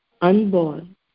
unborn